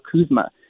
Kuzma